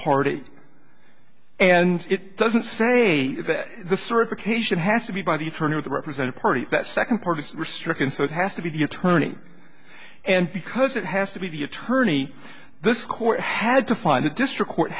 party and it doesn't say that the certification has to be by the attorney who represented party that second part of the restriction so it has to be the attorney and because it has to be the attorney this court had to find the district court